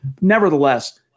Nevertheless